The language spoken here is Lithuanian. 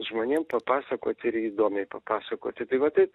žmonėm papasakoti ir įdomiai papasakoti tai va taip